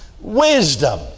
wisdom